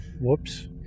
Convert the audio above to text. Whoops